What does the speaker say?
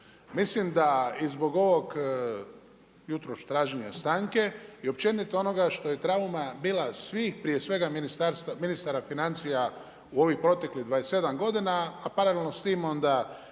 Mislim da i zbog ovog jutros traženja stanke, i općenito onoga što je trauma bila svih prije svega ministara financija u ovih proteklih 27 godina, a paralelno s tim onda